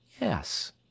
Yes